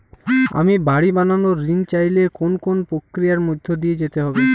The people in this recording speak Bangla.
আমি বাড়ি বানানোর ঋণ চাইলে কোন কোন প্রক্রিয়ার মধ্যে দিয়ে যেতে হবে?